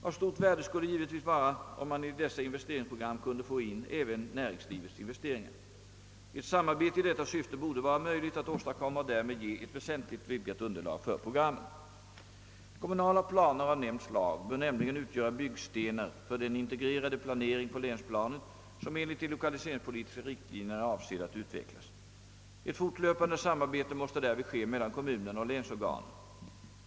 Av stort värde skulle givetvis vara, om man i dessa investeringsprogram kunde få in även näringslivets investeringar. Ett samarbete i detta syfte borde vara möjligt att åstadkomma och därmed ge ett väsentligt vidgat underlag för programmen. Kommunala planer av nämnt slag bör nämligen utgöra byggstenar för den integrerade planering på länsplanet, som enligt de lokaliseringspolitiska riktlinjerna är avsedd att utvecklas. Ett fortlöpande samarbete måste därvid ske mellan kommunerna och länsorganen.